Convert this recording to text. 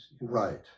right